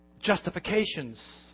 justifications